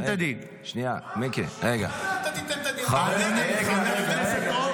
רמיסה של שלטון